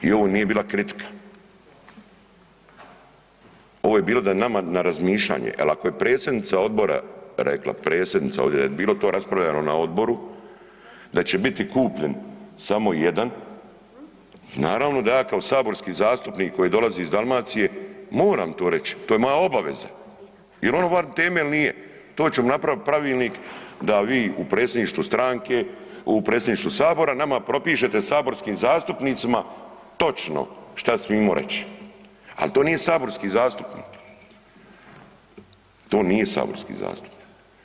I ovo nije bila kritika, ovo je bilo da nama na razmišljanje jel ako je predsjednica odbora rekla, predsjednica ovdje da bi bilo to raspravljano na odboru da će biti kupljen samo jedan, naravno da ja kao saborski zastupnik koji dolazi iz Dalmacije moram to reć, to je moja obaveza jel ono van teme ili nije, tu ćemo napraviti pravilnik da vi u predsjedništvu stranke, u predsjedništvu sabora, nama propišete saborskim zastupnicima točno šta smimo reći, al to nije saborski zastupnik, to nije saborski zastupnik.